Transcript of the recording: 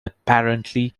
apparently